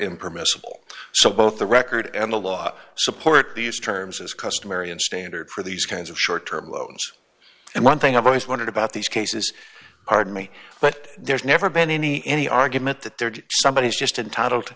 impermissible so both the record and the law support these terms is customary in standard for these kinds of short term loans and one thing i've always wondered about these cases are to me but there's never been any any argument that there's somebody is just entitled